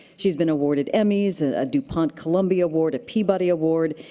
she's been awarded emmys, a dupont columbia award, a peabody award,